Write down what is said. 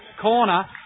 corner